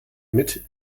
mit